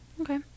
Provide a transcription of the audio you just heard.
Okay